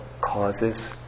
causes